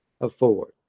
afford